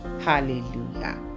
Hallelujah